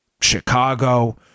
Chicago